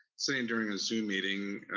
say and during a zoom meeting,